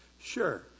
Sure